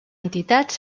entitats